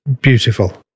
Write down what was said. Beautiful